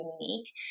unique